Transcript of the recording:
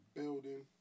building